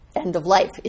end-of-life